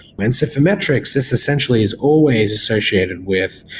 and so for metrics, this essentially is always associated with,